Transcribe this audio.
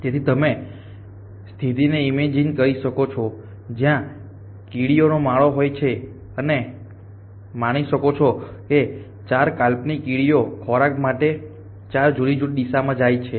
તેથી તમે તે સ્થિતિને ઇમેજ કરી શકો છો જ્યાં કીડીનો માળો હોય છે અને માની શકો છો કે ૪ કાલ્પનિક કીડીઓ ખોરાક માટે ૪ જુદી જુદી દિશામાં જાય છે